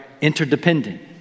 interdependent